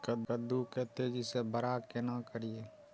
कद्दू के तेजी से बड़ा केना करिए?